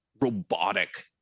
robotic